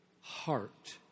heart